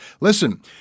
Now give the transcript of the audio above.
Listen